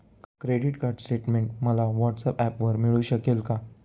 Credit card statement मला व्हॉट्सऍपवर मिळू शकेल का?